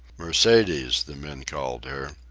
mercedes the men called her.